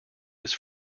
was